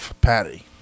Patty